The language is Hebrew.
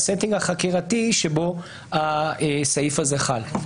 ה-סטינג החקירתי שבו הסעיף הזה חל.